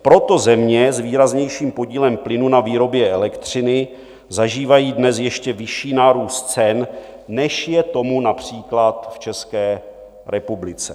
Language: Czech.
Proto země s výraznějším podílem plynu na výrobě elektřiny zažívají dnes ještě vyšší nárůst cen, než je tomu například v České republice.